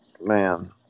Man